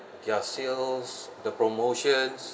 their sales the promotions